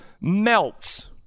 melts